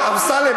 אמסלם,